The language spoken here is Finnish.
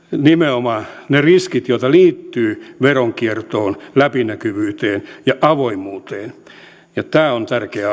nimenomaan ne riskit jotka liittyvät veronkiertoon läpinäkyvyyteen ja avoimuuteen ja tämä on tärkeä asia